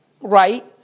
right